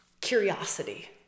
curiosity